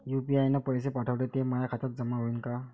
UPI न पैसे पाठवले, ते माया खात्यात जमा होईन का?